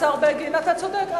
השר בגין, אתה צודק.